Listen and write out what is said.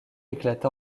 éclata